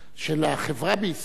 החברה בישראל,